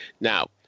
Now